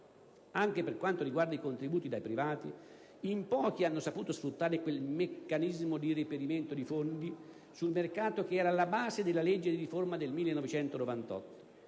Anche per quanto riguarda i contributi dai privati, in pochi hanno saputo sfruttare quel meccanismo di reperimento di fondi sul mercato, che era alla base della legge di riforma del 1998.